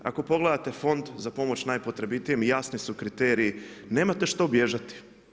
Ako pogledate fond za pomoć najpotrebitijima, jasni su kriteriji, nemate što bježati.